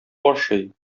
ашый